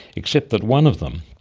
except that one of them,